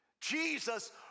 Jesus